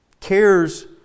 cares